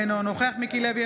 אינו נוכח מיקי לוי,